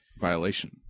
violation